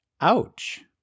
Ouch